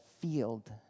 field